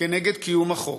נגד קיום החוק,